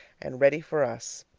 and ready for us.